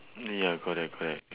mm ya correct correct